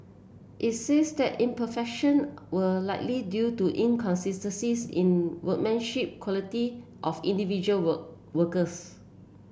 workmanship quality of individual work workers